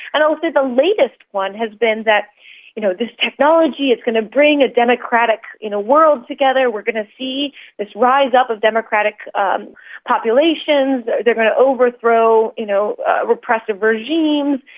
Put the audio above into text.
and obviously the latest one has been that you know this technology, it's going to bring a democratic world together. we're going to see this rise up of democratic um populations, they're going to overthrow you know repressive regimes,